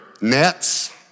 nets